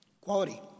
Quality